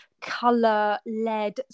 color-led